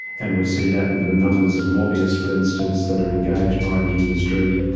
and we see that in the the numbers of lobbyists for instance that are engaged by the industry,